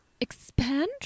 Expand